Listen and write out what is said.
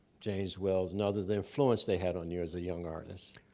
james wells and others, the influence they had on you as a young artist.